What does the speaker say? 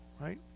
right